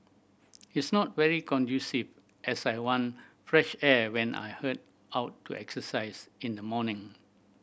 it's not very conducive as I want fresh air when I head out to exercise in the morning